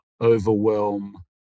overwhelm